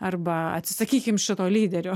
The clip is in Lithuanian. arba atsisakykim šito lyderio